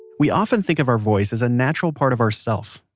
we often think of our voice as a natural part of our self,